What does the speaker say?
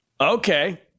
Okay